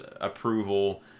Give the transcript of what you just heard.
approval